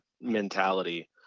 mentality